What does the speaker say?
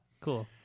Cool